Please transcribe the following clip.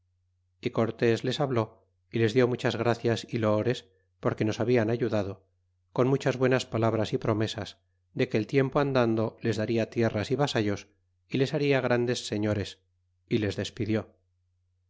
y cortés les habló y les dió muchas gracias y loores porque nos habian ayudado con muchas buenas palabras y promesas de que el tiempo andando les darla tierras y vasallos y les baria grandes señores y les despidió